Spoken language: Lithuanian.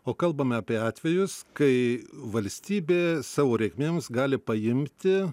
o kalbame apie atvejus kai valstybė savo reikmėms gali paimti